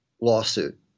lawsuit